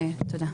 ותודה.